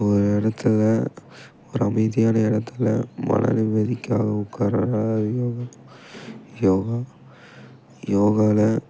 ஒரு இடத்துல ஒரு அமைதியான இடத்துல மன நிம்மதிக்காக உட்கார்றது தான் யோகா யோகா யோகாவில்